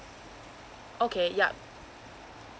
okay yup